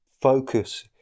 focus